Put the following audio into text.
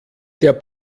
der